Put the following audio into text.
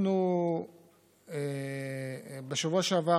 בשבוע שעבר,